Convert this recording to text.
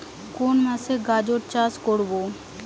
কোন মাসে গাজর চাষ করব?